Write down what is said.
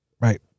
Right